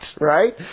Right